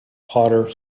potter